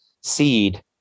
seed